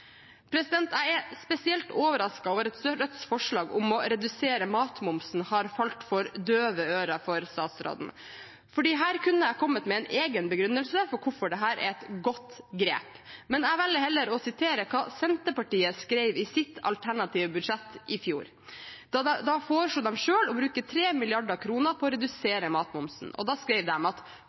Jeg er spesielt overrasket over at Rødts forslag om å redusere matmomsen har falt for døve ører hos statsråden. Her kunne jeg kommet med en egen begrunnelse for hvorfor dette er et godt grep, men jeg velger heller å sitere hva Senterpartiet skrev i sitt alternative budsjett i fjor. Da foreslo de selv å bruke 3 mill. kr på å redusere matmomsen. Og da skrev